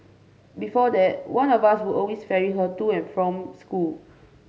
before that one of us would always ferry her to and from school